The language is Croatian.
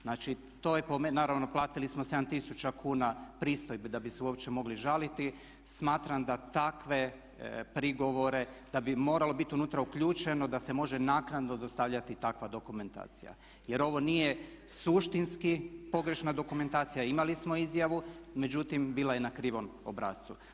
Znači to je po meni, naravno platili smo 7 tisuća kuna pristojbe da bi se uopće mogli žaliti, smatram da takve prigovore, da bi moralo biti unutra uključeno da se može naknadno dostavljati takva dokumentacija jer ovo nije suštinski pogrešna dokumentacija, imali smo izjavu, međutim bila je na krivom obrascu.